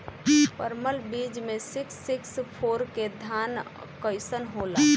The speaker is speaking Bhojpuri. परमल बीज मे सिक्स सिक्स फोर के धान कईसन होला?